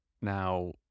Now